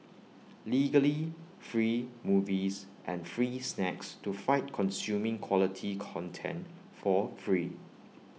legally free movies and free snacks to fight consuming quality content for free